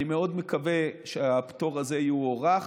אני מאוד מקווה שהפטור הזה יוארך.